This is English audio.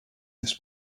this